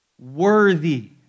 worthy